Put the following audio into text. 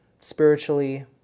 spiritually